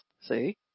See